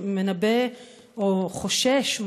שמנבא או חושש,